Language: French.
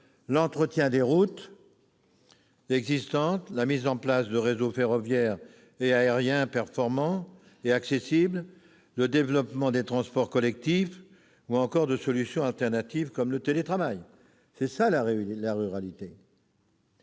l'entretien des routes existantes, la mise en place de réseaux ferroviaires et aériens performants et accessibles, le développement des transports collectifs, ou encore de solutions de rechange, comme le télétravail. En outre, pour bien